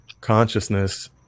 consciousness